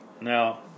now